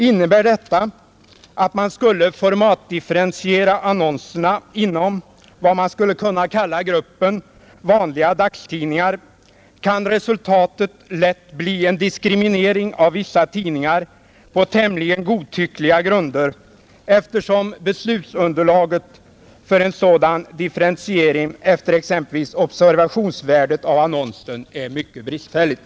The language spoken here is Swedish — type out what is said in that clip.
Innebär detta att man skulle formatdifferentiera annonserna inom vad som skulle kunna kallas gruppen vanliga dagstidningar, kan resultatet lätt bli en diskriminering av vissa tidningar på tämligen godtyckliga grunder, eftersom beslutsunderlaget för en sådan differentiering efter exempelvis observationsvärdet av annonsen är mycket bristfälligt.